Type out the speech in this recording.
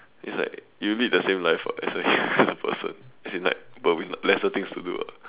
it's like you would lead the same life [what] as any other person as in like but with no lesser things to do [what]